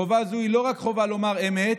חובה זו היא לא רק חובה לומר 'אמת',